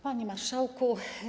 Panie Marszałku!